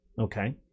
Okay